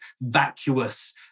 vacuous